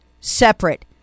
separate